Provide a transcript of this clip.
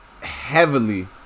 heavily